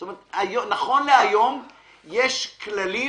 זאת אומרת, נכון להיום יש כללים.